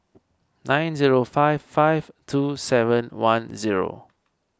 nine zero five five two seven one zero